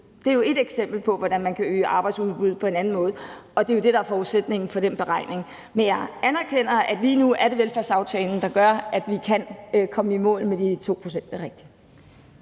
Det er jo et eksempel på, hvordan man kan øge arbejdsudbuddet på en anden måde, og det er jo det, der er forudsætningen for den beregning. Men jeg anerkender, at det lige nu er velfærdsaftalen, der gør, at vi kan komme i mål med de 2 pct. Det er rigtigt.